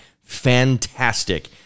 Fantastic